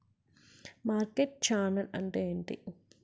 Market channel అంటే ఏంటి?